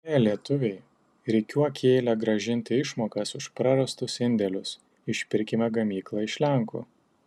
ė lietuviai rikiuok į eilę grąžinti išmokas už prarastus indėlius išpirkime gamyklą iš lenkų